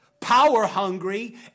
power-hungry